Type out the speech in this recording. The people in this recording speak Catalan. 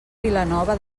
vilanova